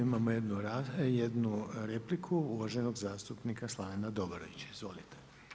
Imamo jednu repliku uvaženog zastupnika Slavena Dobrovića, izvolite.